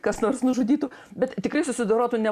kas nors nužudytų bet tikrai susidorotų ne